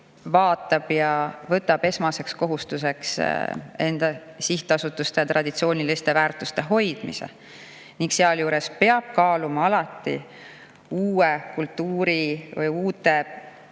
võtab riik esmaseks kohustuseks enda sihtasutuste traditsiooniliste väärtuste hoidmise, ent sealjuures peab alati kaaluma ka uue kultuuri või